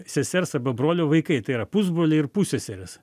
sesers arba brolio vaikai tai yra pusbroliai ir pusseserės